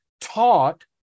taught